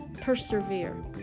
Persevere